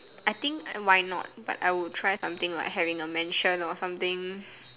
I think why not but I would try something like having a mansion or something